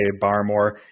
Barmore